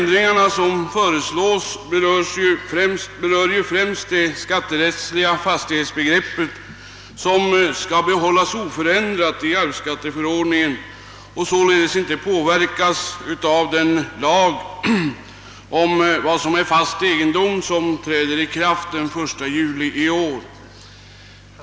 De föreslagna ändringarna berör främst det skatterättsliga fastighetsbegreppet som skall behållas oförändrat i arvsskatteförordningen och således inte påverkas av den lag om vad som är fast egendom som träder i kraft den 1 juli i år.